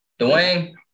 Dwayne